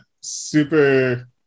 Super